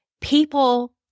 People